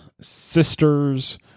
sisters